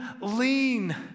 lean